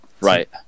Right